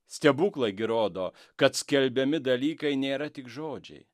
stebuklai gi rodo kad skelbiami dalykai nėra tik žodžiai